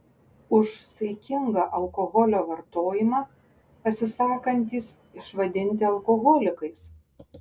už saikingą alkoholio vartojimą pasisakantys išvadinti alkoholikais